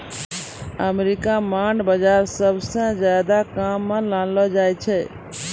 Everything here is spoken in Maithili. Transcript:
अमरीका म बांड बाजार सबसअ ज्यादा काम म लानलो जाय छै